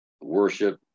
worship